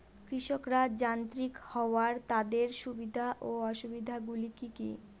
কৃষকরা যান্ত্রিক হওয়ার তাদের সুবিধা ও অসুবিধা গুলি কি কি?